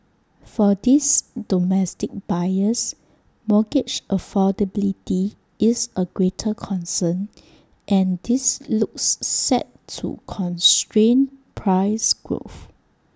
for these domestic buyers mortgage affordability is A greater concern and this looks set to constrain price growth